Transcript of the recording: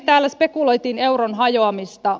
täällä spekuloitiin euron hajoamista